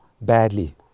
badly